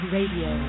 Radio